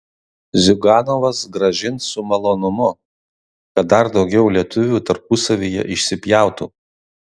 ziuganovas grąžins su malonumu kad dar daugiau lietuvių tarpusavyje išsipjautų